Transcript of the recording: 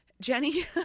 Jenny